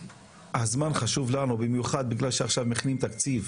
הזמן חשוב לנו, במיוחד בגלל שעכשיו מכינים תקציב,